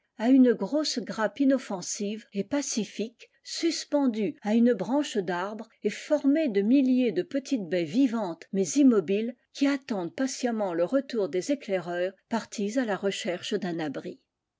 à une grosse grappe inoffensive et paci fique suspendue à une branche darbre et formée de milliers de petites baies vivantes mais immobiles qui attendent patiemment retour des éclaireurs partis à la recherche d i abri